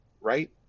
right